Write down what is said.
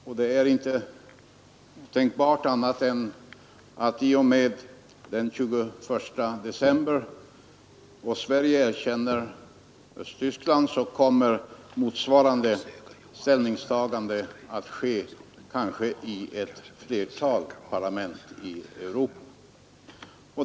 Och det är väl inte tänkbart annat än att i och med att Sverige den 21 december erkänner Östtyskland kommer motsvarande ställningstagande att ske i ett flertal parlament i Europa.